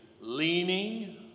leaning